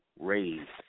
raised